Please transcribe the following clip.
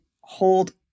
hold